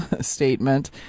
statement